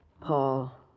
Paul